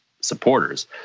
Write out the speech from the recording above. supporters